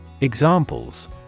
Examples